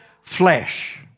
flesh